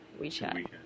WeChat